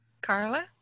Carla